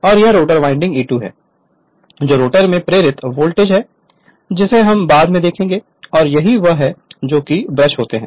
और यह rotor winding E2 है जो रोटर में प्रेरित वोल्टेज है जिसे हम बाद में देखेंगे और यही वह है जो कि ब्रश होते हैं आरंभ में राजस्थान के माध्यम से स्लिप रिंग्स होते हैं